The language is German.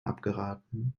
abgeraten